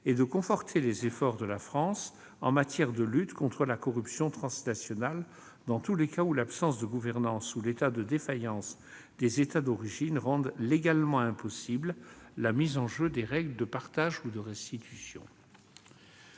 et conforter les efforts de notre pays en matière de lutte contre la corruption transnationale dans tous les cas où l'absence de gouvernance ou l'état de défaillance des États d'origine rendent légalement impossible la mise en jeu des règles de partage ou de restitution.